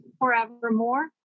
forevermore